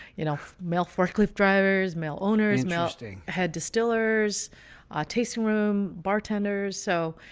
you know, male forklift drivers, male owners melting head distillers tasting room, bartenders, so.